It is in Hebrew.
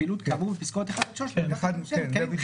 פעילות כאמור בפסקאות (1) עד (3) באותה תקנת משנה